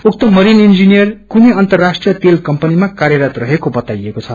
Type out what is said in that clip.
उक्त marine engineer कुनै अर्न्तर्ष्ट्रिय तेल कम्पनीमा कार्यरत रहेको बताईएको छ